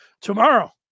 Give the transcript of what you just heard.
tomorrow